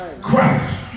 Christ